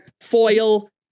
foil